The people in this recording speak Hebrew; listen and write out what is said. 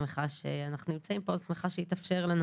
שמחה שאנחנו נמצאים פה ושמחה שהתאפשר לנו